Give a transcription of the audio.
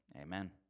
Amen